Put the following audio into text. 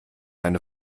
eine